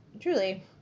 Truly